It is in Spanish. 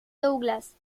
douglas